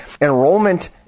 Enrollment